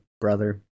brother